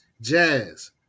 Jazz